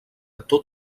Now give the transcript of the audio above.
tot